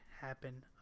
happen